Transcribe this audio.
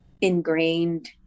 ingrained